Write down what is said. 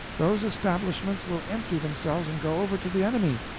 those establishments will empty themselves and go over to the enemy.